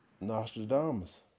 Nostradamus